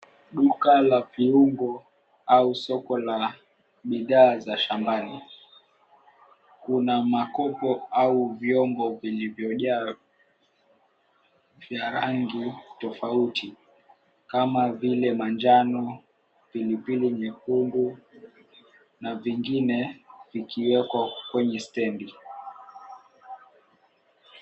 Duka la viungo au soko la bidhaa za shambani. Kuna makopo au vyombo vilivojaa vya rangi tofauti kama vile manjano, pilipili nyekundu na vingine vikiweko kwenye stendi.